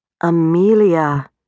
Amelia